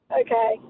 okay